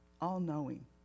all-knowing